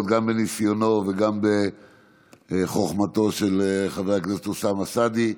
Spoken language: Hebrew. גם בניסיונו וגם בחוכמתו של חבר הכנסת אוסאמה סעדי,